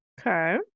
Okay